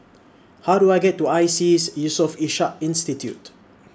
How Do I get to ISEAS Yusof Ishak Institute